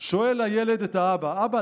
שואל הילד את האבא: אבא,